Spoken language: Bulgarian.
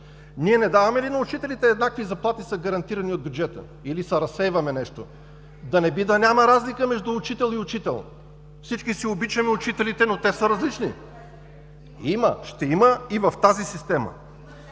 Ние не даваме ли на учителите еднакви заплати, гарантирани от бюджета, или се разсейваме нещо? Да не би да няма разлика между учител и учител? Всички си обичаме учителите, но те са различни. (Реплика от народния